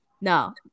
no